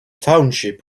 township